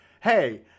hey